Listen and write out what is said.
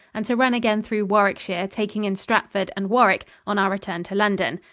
and to run again through warwickshire, taking in stratford and warwick, on our return to london.